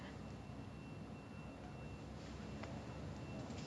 ya it's like it's like teleportation but with your head